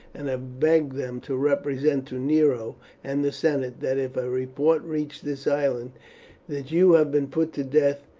and have begged them to represent to nero and the senate that if a report reach this island that you have been put to death,